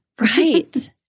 Right